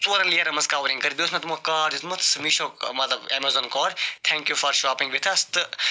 ژورَن لیرَن مَنٛز کَورِنٛگ کٔرِتھ بیٚیہِ اوس مےٚ تمو کارڈ دیُتمُت سُہ میٖشووُک مَطلَب Amazon card thank you for shopping with us تہٕ